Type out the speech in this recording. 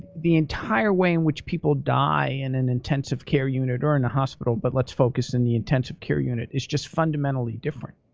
the entire way in which people die in an intensive care unit, or in the hospital, but let's focus in the intensive care unit, is just fundamentally different.